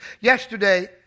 yesterday